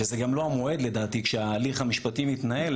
וזה גם לא המועד לדעתי כשההליך המשפטי מתנהל,